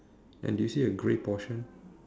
and do you see a grey portion